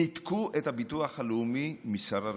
ניתקו את הביטוח הלאומי משר הרווחה.